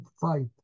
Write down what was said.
fight